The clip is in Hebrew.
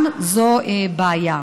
גם זו בעיה.